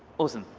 awesome.